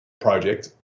project